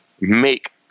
make